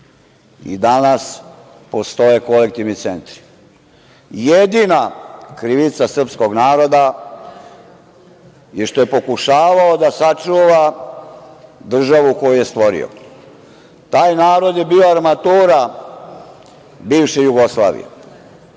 Danas postoje kolektivni centri. Jedina krivica srpskog naroda je što je pokušavao da sačuva državu koju je stvorio. Taj narod je bio armatura bivše Jugoslavije.